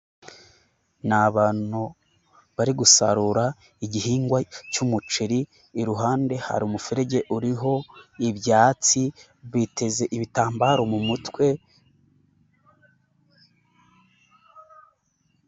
Ni abantu bari gusarura igihingwa cy'umuceri, iruhande hari umuferege uriho ibyatsi, biteze ibitambaro mu mutwe.